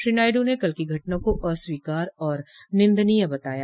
श्रो नायडू ने कल की घटना को अस्वीकार्य और निदंनीय बताया